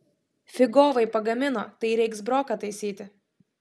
figovai pagamino tai reiks broką taisyti